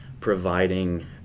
providing